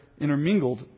intermingled